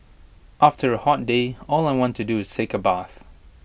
after A hot day all I want to do is take A bath